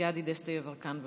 גדי דסטה יברקן.